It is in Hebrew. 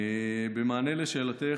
במענה על שאלתך,